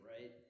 right